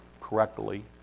correctly